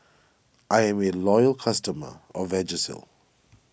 I'm a loyal customer of Vagisil